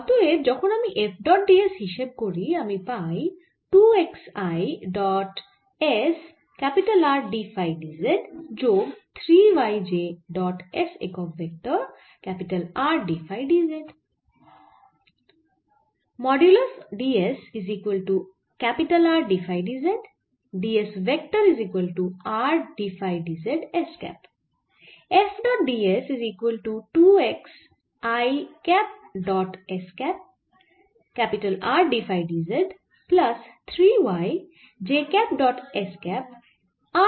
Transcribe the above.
অতএব যখন আমি F ডট ds হিসেব করি আমি পাই 2 x i dot s R d phi d z যোগ 3 y j ডট s একক vector R d phi d z